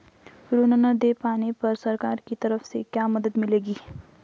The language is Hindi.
ऋण न दें पाने पर सरकार की तरफ से क्या मदद मिलेगी?